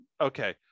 okay